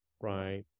right